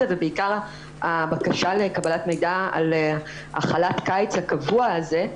ובעיקר הבקשה לקבלת מידע על חל"ת הקיץ הקבוע הזה.